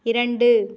இரண்டு